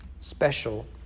special